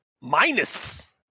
minus